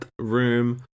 room